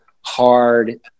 hard